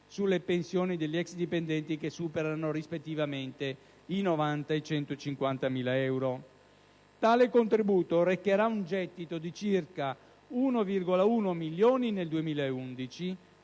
sulle pensioni degli ex dipendenti che superano, rispettivamente, i 90.000 ed i 150.000 euro: tale contributo recherà un gettito di circa 1,1 milioni di euro